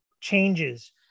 changes